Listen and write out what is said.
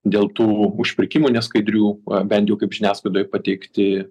dėl tų užpirkimų neskaidrių a bent jau kaip žiniasklaidoje pateikti